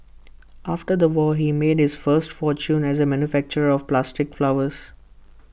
after the war he made his first fortune as A manufacturer of plastic flowers